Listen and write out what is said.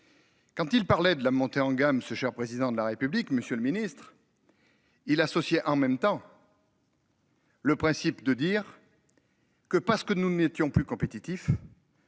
Quand il parlait de la montée en gamme ce cher président de la République, Monsieur le Ministre. Il. En même temps. Le principe de dire. Que parce que nous n'étions plus compétitifs.